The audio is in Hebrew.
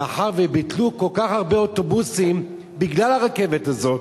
מאחר שביטלו כל כך הרבה אוטובוסים בגלל הרכבת הזאת,